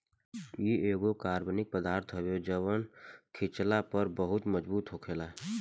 इ एगो कार्बनिक पदार्थ हवे जवन खिचला पर बहुत मजबूत होखेला